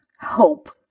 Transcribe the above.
hope